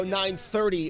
930